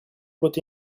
put